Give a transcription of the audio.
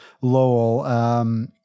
Lowell